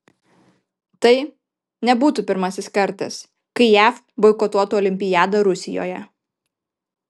tai nebūtų pirmasis kartas kai jav boikotuotų olimpiadą rusijoje